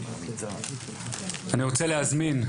אני רוצה להזמין,